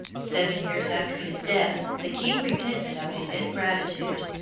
seven years after his death the king repented of his ingratitude,